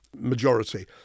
majority